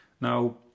Now